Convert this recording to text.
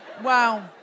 Wow